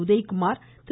Udhayakumar Thiru